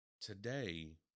today